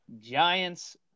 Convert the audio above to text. giants